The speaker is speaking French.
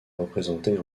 représenter